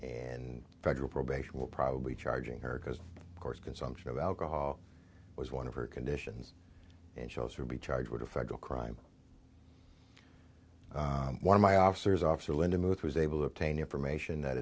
and federal probation will probably charging her because of course consumption of alcohol was one of her conditions and shows her be charged with a federal crime one of my officers officer linda muth was able to obtain information that